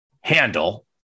handle